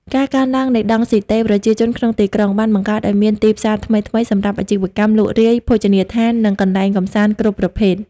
ការកើនឡើងនៃដង់ស៊ីតេប្រជាជនក្នុងទីក្រុង បានបង្កើតឱ្យមានទីផ្សារថ្មីៗសម្រាប់អាជីវកម្មលក់រាយ ភោជនីយដ្ឋាន និងកន្លែងកម្សាន្តគ្រប់ប្រភេទ។